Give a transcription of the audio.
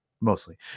mostly